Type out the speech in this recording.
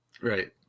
Right